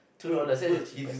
two dollars that's the cheapest